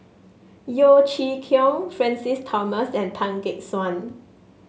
Yeo Chee Kiong Francis Thomas and Tan Gek Suan